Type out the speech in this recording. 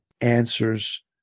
answers